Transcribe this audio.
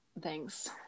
thanks